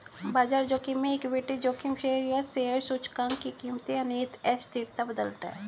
बाजार जोखिम में इक्विटी जोखिम शेयर या शेयर सूचकांक की कीमतें या निहित अस्थिरता बदलता है